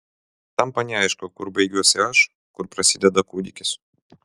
tampa neaišku kur baigiuosi aš kur prasideda kūdikis